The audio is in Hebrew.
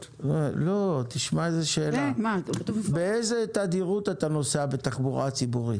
באיזה תדירות אתה נוסע בתחבורה הציבורית.